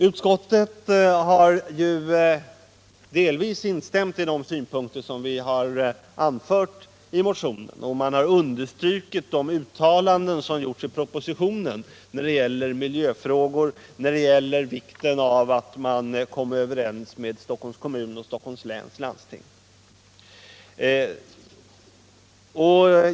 Utskottet har delvis instämt i de synpunkter vi har anfört i motionen, och utskottet har också understrukit de uttalanden som gjorts i propositionen när det gäller miljöfrågorna och vikten av att komma överens med Stockholms kommun och Stockholms läns landsting.